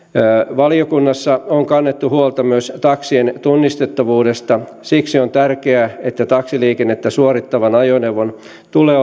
valiokunnassa on kannettu huolta myös taksien tunnistettavuudesta siksi on tärkeää että taksiliikennettä suorittavan ajoneuvon tulee